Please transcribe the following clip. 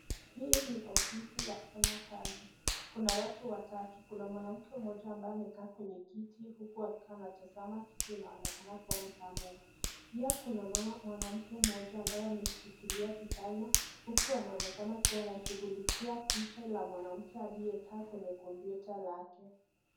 Hii ni ofisi ya kufanya kazi kuna watu watatu, kuna mwanamke moja ambaye amekaa kwenye kiti huku akitasama kitu inaonekana kuwa ni kamera pia kuna mwanamke mmoja ameshikilia kipanya huku anaonekana akishughulikia picha ya mwanamke aliyekaa kwenye kompyuta lake.